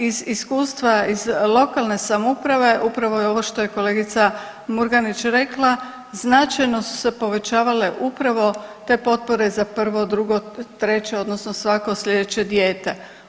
Iz iskustva iz lokalne samouprave upravo je ovo što je kolegica Murganić rekla značajno su se povećavale upravo te potpore za prvo, drugo, treće odnosno svako slijedeće dijete.